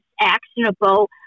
actionable